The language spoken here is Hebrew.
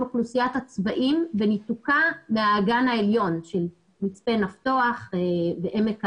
אוכלוסיית הצבאים וניתוקה מהאגן העליון של מצפה נפתוח ועמק הארזים.